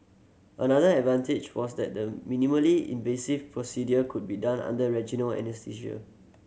another advantage was that the minimally invasive procedure could be done under regional anaesthesia